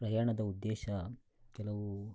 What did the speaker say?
ಪ್ರಯಾಣದ ಉದ್ದೇಶ ಕೆಲವೂ